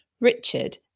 Richard